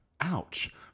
Ouch